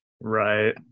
Right